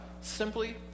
simply